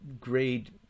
grade